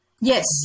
Yes